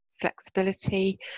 flexibility